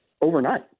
overnight